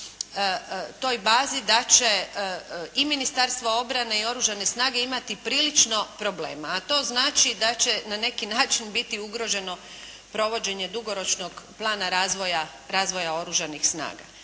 toj bazi, da će i Ministarstvo obrane i oružanih snaga imati prilično problema, a to znači da će na neki način biti ugroženo provođenje dugoročnog plana razvoja Oružanih snaga.